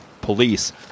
Police